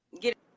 get